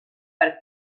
per